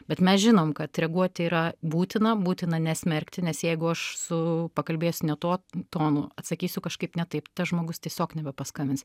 bet mes žinom kad reaguoti yra būtina būtina nesmerkti nes jeigu aš su pakalbėsiu ne tuo tonu atsakysiu kažkaip ne taip tas žmogus tiesiog nebepaskambins